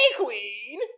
queen